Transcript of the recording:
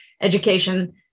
education